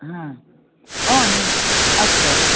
हा ओ नि अस्तु अस्तु